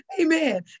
amen